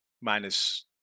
minus